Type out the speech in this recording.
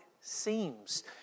seems